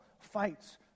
fights